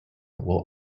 will